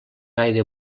gaire